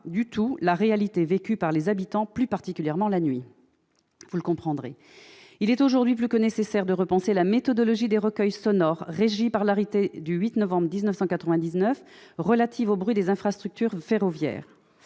du tout la réalité vécue par les habitants, plus particulièrement la nuit, vous le comprendrez. Il est aujourd'hui plus que nécessaire de repenser la méthodologie des recueils sonores régie par l'arrêté du 8 novembre 1999 relatif au bruit des infrastructures ferroviaires.